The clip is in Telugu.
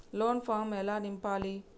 లోన్ ఫామ్ ఎలా నింపాలి?